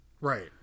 Right